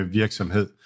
virksomhed